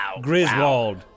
Griswold